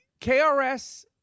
KRS